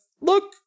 look